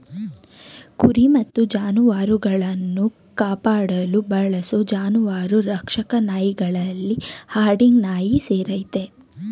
ಕುರಿ ಮತ್ತು ಜಾನುವಾರುಗಳನ್ನು ಕಾಪಾಡಲು ಬಳಸೋ ಜಾನುವಾರು ರಕ್ಷಕ ನಾಯಿಗಳಲ್ಲಿ ಹರ್ಡಿಂಗ್ ನಾಯಿ ಸೇರಯ್ತೆ